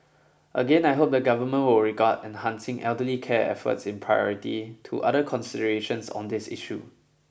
again I hope the Government will regard enhancing elderly care efforts in priority to other considerations on this issue